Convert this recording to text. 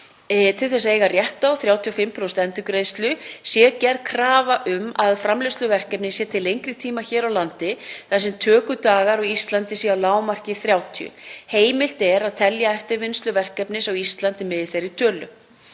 til að eiga rétt á 35% endurgreiðslu sé gerð krafa um að framleiðsluverkefni verði unnið til lengri tíma hér á landi þar sem tökudagar á Íslandi verði að lágmarki 30. Heimilt er að telja eftirvinnslu verkefnis á Íslandi með í þeirri tölu.